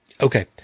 Okay